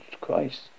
Christ